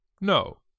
No